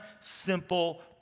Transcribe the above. simple